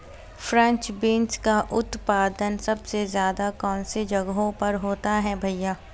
French beans का उत्पादन सबसे ज़्यादा कौन से जगहों पर होता है भैया?